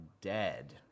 dead